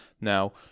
now